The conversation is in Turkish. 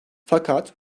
fakat